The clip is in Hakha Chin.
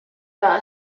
dah